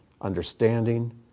understanding